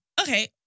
Okay